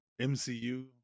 MCU